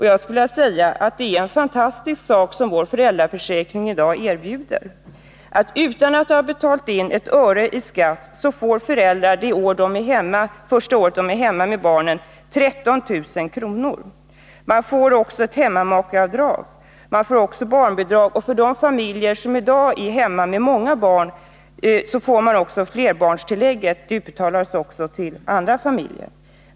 Jag skulle vilja säga att det är en fantastisk sak som vår föräldraförsäkring i dag erbjuder. Utan att ha betalt in ett öre i skatt kan föräldrar det första året de är hemma med barnen få 13 000 kr. Man får också ett hemmamakeavdrag, och man får barnbidrag. De familjer med många barn där en av föräldrarna är hemma med sina barn får nu också flerbarnstillägg — det utbetalas till alla familjer.